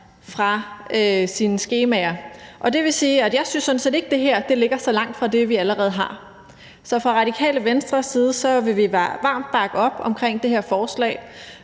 fra sine skemaer. Og jeg synes sådan set ikke, at det her ligger så langt fra det, vi allerede har. Så fra Radikale Venstres side vil vi varmt bakke op omkring det forslag,